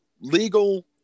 legal